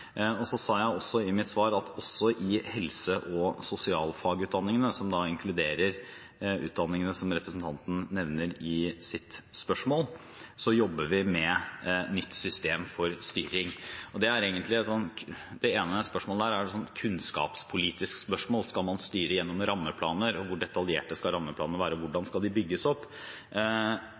sa jeg også at også i helse- og sosialfagutdanningene, som inkluderer utdanningene som representanten nevner i sitt spørsmål, jobber vi med nytt system for styring. Det ene spørsmålet er vel et kunnskapspolitisk spørsmål: Skal man styre gjennom rammeplaner, hvor detaljerte skal rammeplanene være, og hvordan skal de bygges opp?